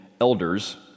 elders